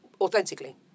authentically